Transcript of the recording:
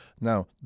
Now